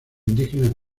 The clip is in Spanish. indígenas